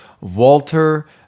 Walter